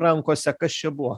rankose kas čia buvo